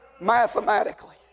Mathematically